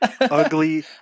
Ugly